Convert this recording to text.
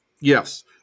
yes